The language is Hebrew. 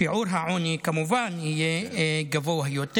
שיעור העוני כמובן יהיה גבוה יותר.